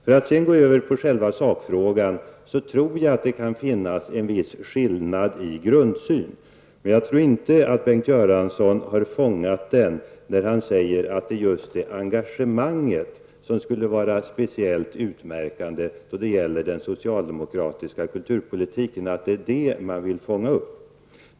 Jag går över till själva sakfrågan. Jag tror att det kan finnas en viss skillnad i grundsyn. Men jag tror inte att Bengt Göransson har fångat den när han säger att det är engagemanget som är speciellt utmärkande då det gäller den socialdemokratiska kulturpolitiken.